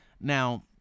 Now